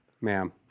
ma'am